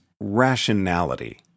rationality